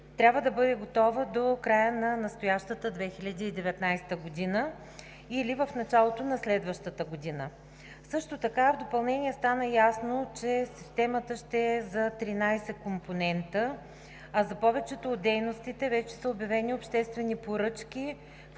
трябва да бъде готова до края на настоящата 2019 г. или в началото на следващата година. Също така в допълнение стана ясно, че системата ще е за 13 компонента. За повечето от дейностите вече са обявени обществени поръчки,